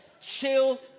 chill